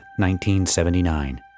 1979